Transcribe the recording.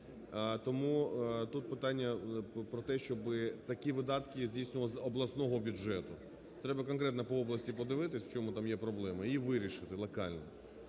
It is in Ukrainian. Тому тут питання про те, щоб такі видатки здійснювати з обласного бюджету. Треба конкретно по області подивитись, в чому там є проблема і вирішити локально.